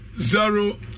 zero